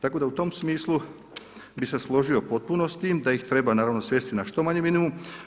Tako da u tom smislu bih se složio u potpunosti da ih treba naravno svesti na što manji minimum.